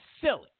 Silly